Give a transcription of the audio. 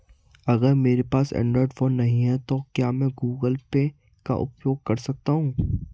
अगर मेरे पास एंड्रॉइड फोन नहीं है तो क्या मैं गूगल पे का उपयोग कर सकता हूं?